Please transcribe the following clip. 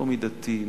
לא מידתי,